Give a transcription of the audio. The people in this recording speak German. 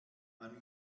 man